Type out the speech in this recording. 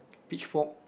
pitch fork